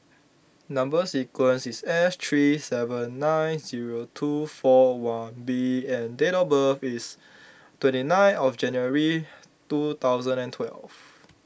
Number Sequence is S three seven nine zero two four one B and date of birth is twenty nine of January two thousand and twelve